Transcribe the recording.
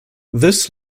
this